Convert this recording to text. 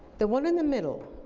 the one in the middle,